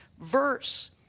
verse